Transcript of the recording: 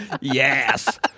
Yes